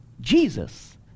Jesus